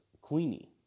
Queenie